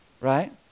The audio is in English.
right